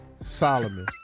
Solomon